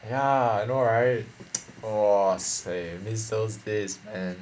ya I know right !wah! seh miss those days man